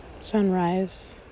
Sunrise